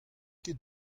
ket